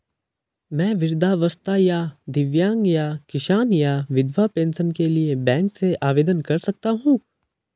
मैं वृद्धावस्था या दिव्यांग या किसान या विधवा पेंशन के लिए बैंक से आवेदन कर सकता हूँ?